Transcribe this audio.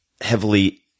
heavily